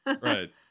Right